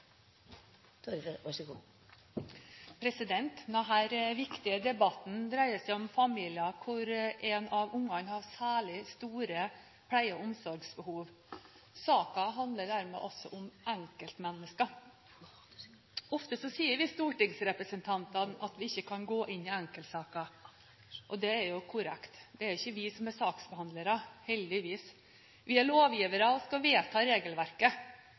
omsorgsbehov. Saken handler dermed altså om enkeltmennesker. Ofte sier vi stortingsrepresentanter at vi ikke kan gå inn i enkeltsaker. Det er korrekt. Det er ikke vi som er saksbehandlere – heldigvis. Vi er lovgivere og skal vedta regelverket.